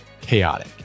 chaotic